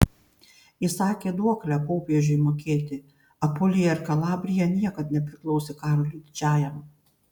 įsakė duoklę popiežiui mokėti apulija ir kalabrija niekad nepriklausė karoliui didžiajam